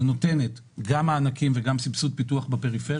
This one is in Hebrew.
אבל נותנת גם מענקים וגם סבסוד פיתוח בפריפריה.